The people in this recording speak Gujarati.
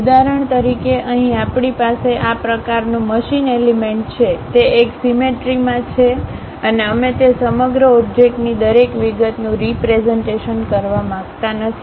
ઉદાહરણ તરીકે અહીં આપણી પાસે આ પ્રકારનું મશીન એલિમેન્ટ છે તે એક સીમેટ્રિ માં છે અને અમે તે સમગ્ર ઓબ્જેક્ટની દરેક વિગતનું રીપ્રેઝન્ટેશન કરવા માંગતા નથી